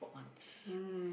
once